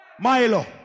Milo